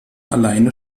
alleine